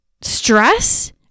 stress